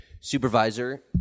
supervisor